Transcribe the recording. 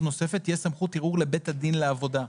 נוספת תהיה סמכות ערעור לבית הדין לעבודה.